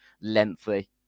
lengthy